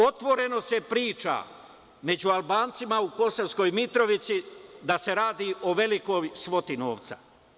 Otvoreno se priča među Albancima u Kosovskoj Mitrovici da se radi o velikoj svoti novca.